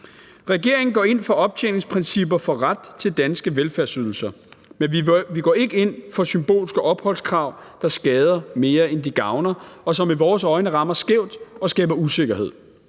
Regeringen går ind for optjeningsprincipper for ret til danske velfærdsydelser, men vi går ikke ind for symbolske opholdskrav, der skader mere, end de gavner, og som i vores øjne rammer skævt og skaber usikkerhed.